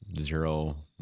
zero